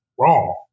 wrong